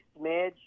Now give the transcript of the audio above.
smidge